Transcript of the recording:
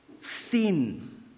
thin